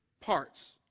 parts